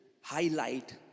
highlight